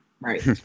Right